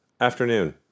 Afternoon